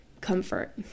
comfort